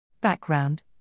Background